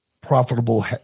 profitable